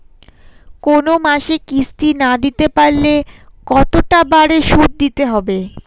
কোন মাসে কিস্তি না দিতে পারলে কতটা বাড়ে সুদ দিতে হবে?